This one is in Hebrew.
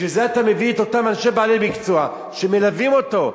בשביל זה אתה מביא את אותם בעלי מקצוע שמלווים אותו.